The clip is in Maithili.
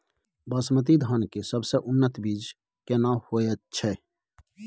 बासमती धान के सबसे उन्नत बीज केना होयत छै?